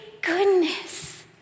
goodness